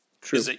True